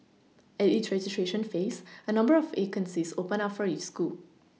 at each registration phase a number of vacancies open up for each school